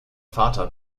vater